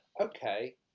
Okay